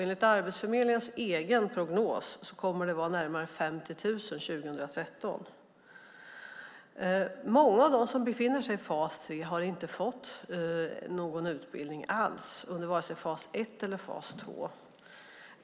Enligt Arbetsförmedlingens egen prognos kommer det att vara närmare 50 000 år 2013. Många av dem som befinner sig i fas 3 har inte fått någon utbildning alls under vare sig fas 1 eller fas 2.